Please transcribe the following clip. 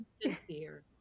sincere